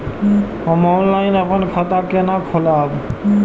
हम ऑनलाइन अपन खाता केना खोलाब?